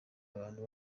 abantu